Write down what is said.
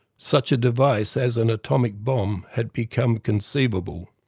such a device as an atomic bomb had become conceivable.